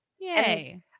Yay